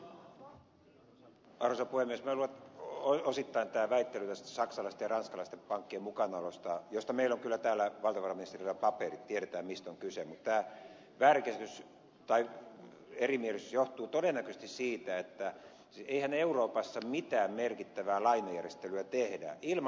minä luulen että osittain tämä väittely tästä saksalaisten ja ranskalaisten pankkien mukanaolosta josta meillä on kyllä täällä valtiovarainministerillä paperit tiedetään mistä on kyse ja tämä väärinkäsitys tai erimielisyys johtuu todennäköisesti siitä että eihän euroopassa mitään merkittävää lainajärjestelyä tehdä ilman